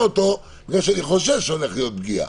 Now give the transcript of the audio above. אותו בגלל שאני חושש שהולכת להיות פגיעה.